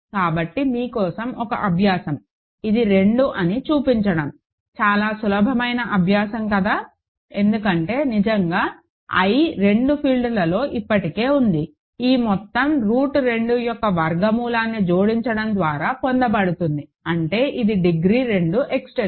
కాబట్టి మీ కోసం ఒక అభ్యాసం ఇది 2 అని చూపించడం చాలా సులభమైన అభ్యాసం కదా ఎందుకంటే నిజంగా i రెండు ఫీల్డ్లలో ఇప్పటికే ఉంది ఈ మొత్తం రూట్ 2 యొక్క వర్గమూలాన్ని జోడించడం ద్వారా పొందబడుతుంది అంటే ఇది డిగ్రీ రెండు ఎక్స్టెన్షన్